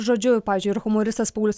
žodžiu pavyzdžiui ir humoristas paulius